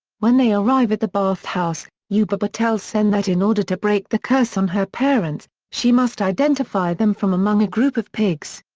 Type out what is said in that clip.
when they arrive at the bathhouse, yubaba tells sen that in order to break the curse on her parents, she must identify them from among a group of pigs.